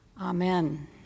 Amen